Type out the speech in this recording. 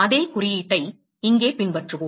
அதே குறியீட்டை இங்கே பின்பற்றுவோம்